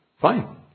Fine